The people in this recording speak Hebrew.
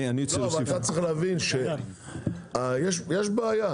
אתה צריך להבין שיש בעיה.